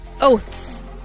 Oaths